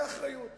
לגבי קיצוץ